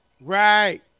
Right